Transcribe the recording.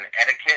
etiquette